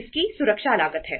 इसकी सुरक्षा लागत है